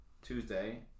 Tuesday